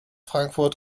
frankfurt